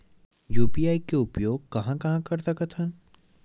UPI के उपयोग कहां कहा कर सकत हन?